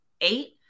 eight